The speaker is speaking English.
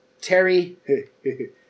Terry